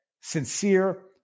sincere